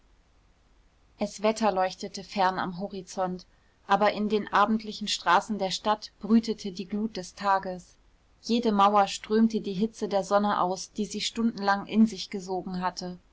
es wetterleuchtete fern am horizont aber in den abendlichen straßen der stadt brütete die glut des tages jede mauer strömte die hitze der sonne aus die sie stundenlang in sich gesogen hatte